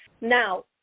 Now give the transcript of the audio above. Now